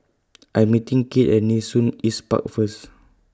I Am meeting Cade At Nee Soon East Park First